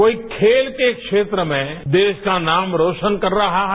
कोई खेल के क्षेत्र में देश का नाम रौशन कर रहा है